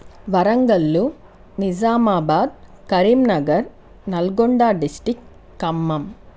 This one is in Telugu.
వరంగల్లు నిజామాబాదు కరీంనగర నల్గొండ డిస్టిక్ ఖమ్మం